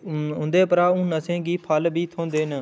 उं'दे परा असें गी हून फल बी थ्होंदे न